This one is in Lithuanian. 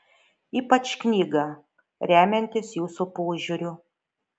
ypač knygą remiantis jūsų požiūriu